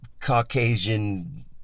Caucasian